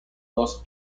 dos